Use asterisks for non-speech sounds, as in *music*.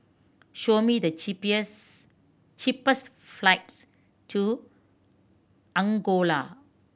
show me the *unintelligible* cheapest flights to Angola